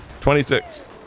26